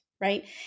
Right